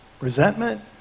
resentment